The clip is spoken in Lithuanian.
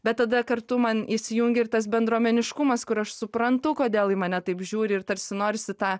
bet tada kartu man įsijungia ir tas bendruomeniškumas kur aš suprantu kodėl į mane taip žiūri ir tarsi norisi tą